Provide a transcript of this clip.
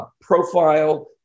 profile